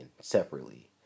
separately